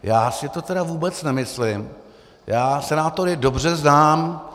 Já si to tedy vůbec nemyslím, já senátory dobře znám.